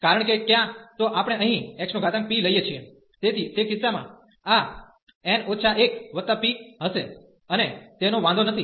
કારણ કે ક્યાં તો આપણે અહીં xp લઈએ છીએ તેથી તે કિસ્સામાં આ n 1 p હશે અને તેનો વાંધો નથી